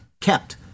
kept